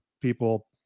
people